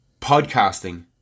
podcasting